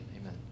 Amen